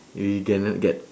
we cannot get